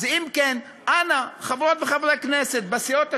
אז, אם כן, אנא, חברות וחברי כנסת בסיעות השונות,